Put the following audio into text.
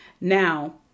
Now